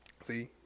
See